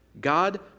God